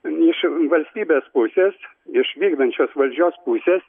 iš valstybės pusės iš vykdančios valdžios pusės